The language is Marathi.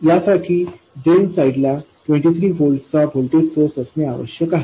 यासाठी ड्रेन साईडला 23 व्होल्ट चा व्होल्टेज सोर्स असणे आवश्यक आहे